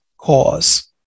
cause